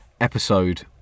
episode